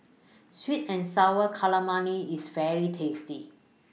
Sweet and Sour Calamari IS very tasty